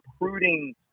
recruiting